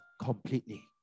completely